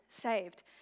saved